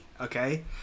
Okay